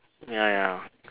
ya ya